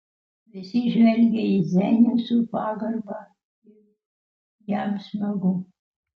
visi žvelgia į zenių su pagarba ir jam smagu